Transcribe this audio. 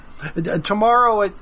tomorrow